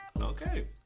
Okay